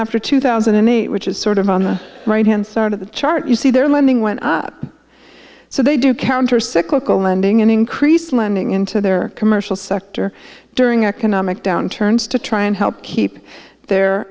after two thousand and eight which is sort of on the right hand side of the chart you see their lending went up so they do counter cyclical lending and increase lending into their commercial sector during economic downturns to try and help keep their